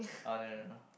oh no no no